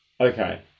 Okay